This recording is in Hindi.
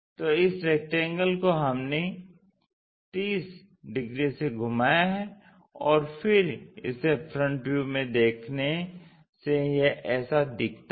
तो इस रेक्टेंगल को हमने 30 डिग्री से घुमाया है और फिर इसे फ्रंट व्यू में देखने से यह ऐसा दिखता है